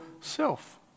self